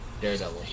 Daredevil